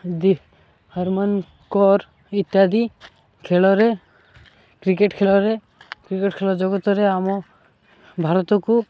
ଦି ହରମନ କୌର ଇତ୍ୟାଦି ଖେଳରେ କ୍ରିକେଟ ଖେଳରେ କ୍ରିକେଟ ଖେଳ ଜଗତରେ ଆମ ଭାରତକୁ